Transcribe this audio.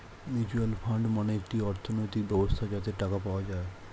mutual fund মানে একটি অর্থনৈতিক ব্যবস্থা যাতে টাকা পাওয়া যায়